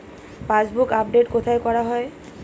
Passbook update কোথায় করা হয়?